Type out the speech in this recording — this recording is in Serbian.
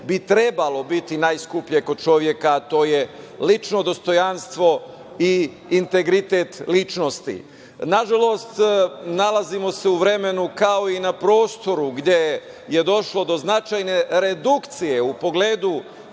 bi trebalo biti najskuplje kod čoveka, a to je, lično dostojanstvo i integritet ličnosti. Nažalost, nalazimo se u vremenu kao i na prostoru gde je došlo do značajne redukcije u pogledu